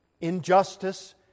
injustice